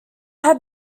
have